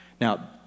Now